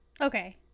Okay